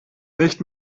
nicht